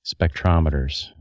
spectrometers